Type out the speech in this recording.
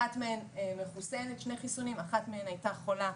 אחת מהן מחוסנת בשני חיסונים ואחת מהן הייתה חולה,